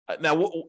Now